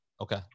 okay